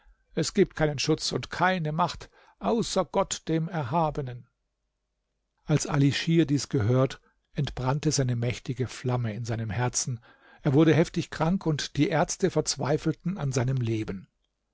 es gibt keinen schutz und keine macht außer gott dem erhabenen als ali schir dies gehört entbrannte eine mächtige flamme in seinem herzen er wurde heftig krank und die ärzte verzweifelten an seinem leben